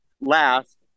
last